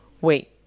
wait